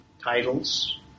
titles